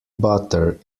butter